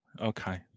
okay